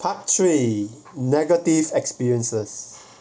part three negative experiences